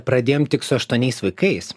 pradėjom tik su aštuoniais vaikais